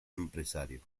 empresario